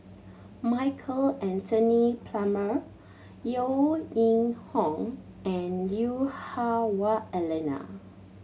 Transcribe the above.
Michael Anthony Palmer Yeo Ning Hong and Lui Hah Wah Elena